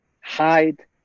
hide